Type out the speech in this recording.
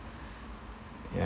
ya